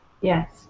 Yes